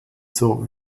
zur